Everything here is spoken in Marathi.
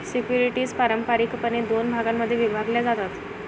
सिक्युरिटीज पारंपारिकपणे दोन भागांमध्ये विभागल्या जातात